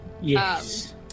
yes